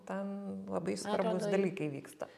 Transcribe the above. ten labai svarbūs dalykai vyksta